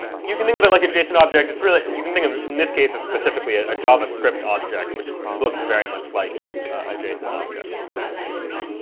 you can think of it like a json object. really, you can think of in this case as specifically ah a javascript object, which looks very much like a json object would look in this case.